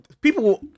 people